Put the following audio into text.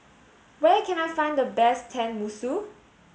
where can I find the best Tenmusu